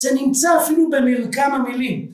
‫זה נמצא אפילו במרקם המילים.